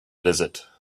desert